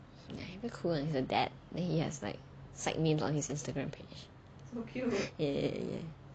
ya he a bit cool [one] he's a dad then he has like site names on his instagram page ya ya ya